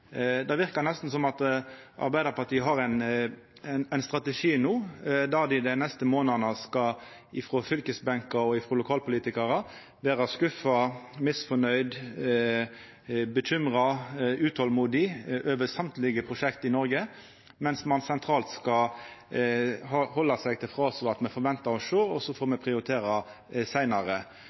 Det verkar nesten som om Arbeidarpartiet har den strategien no at dei i dei neste månadene, frå fylkesbenken og frå lokalpolitikarar, skal vera skuffa, misnøgde, bekymra og utolmodige over alle prosjekt i Noreg, mens ein sentralt skal halda seg til frasen «me får venta og sjå, og så får me prioritera seinare».